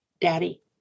daddy